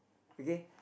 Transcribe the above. okay